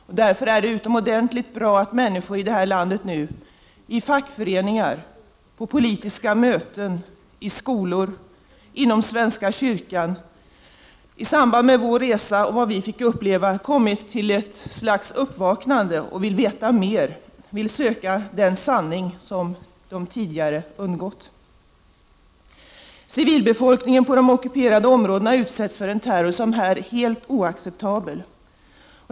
Det är därför utomordentligt bra att människor nu i det här landet — i fackföreningar, på politiska möten, i skolor, inom svenska kyrkan — i samband med vår resa och vad vi fick uppleva, kommit till ett uppvaknande och vill veta mer, vill söka den sanning som tidigare undgått dem. Civilbefolkningen i de ockuperade områdena utsätts för en terror som är helt oacceptabel.